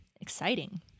exciting